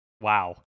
wow